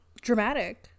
dramatic